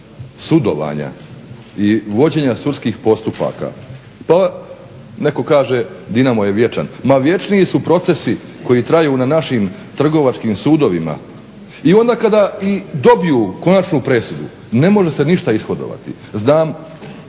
sudovanja i vođenja sudskih postupaka. Pa netko kaže Dinamo je vječan, ma vječniji su procesi koji traju na našim trgovačkim sudovima. I onda kada dobiju konačnu presudu ne može se ništa ishodovati. Znam